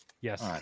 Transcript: Yes